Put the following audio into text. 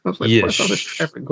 Yes